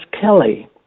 Kelly